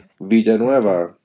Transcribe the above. Villanueva